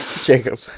Jacob